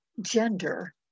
gender